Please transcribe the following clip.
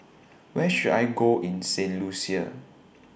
Where should I Go in Saint Lucia